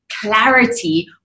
clarity